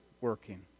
working